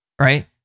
right